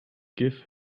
give